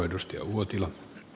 arvoisa puhemies